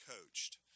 coached